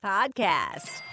Podcast